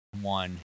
one